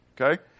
Okay